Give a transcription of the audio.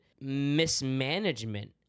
mismanagement